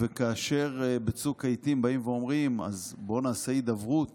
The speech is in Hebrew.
וכאשר בצוק העיתים באים ואומרים: אז בואו נעשה הידברות